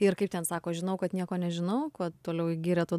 ir kaip ten sako žinau kad nieko nežinau kuo toliau į girią tuo